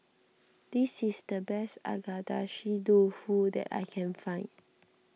this is the best Agedashi Dofu that I can find